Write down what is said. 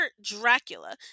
Dracula